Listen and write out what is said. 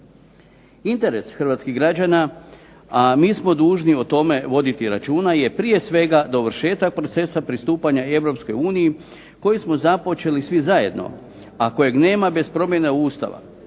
Interes hrvatskih građana, a mi smo dužni o tome voditi računa, je prije svega dovršetak procesa pristupanja Europskoj uniji koji smo započeli svi zajedno, a kojeg nema bez promjena Ustava.